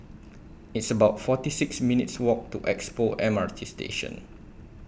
It's about forty six minutes' Walk to Expo M R T Station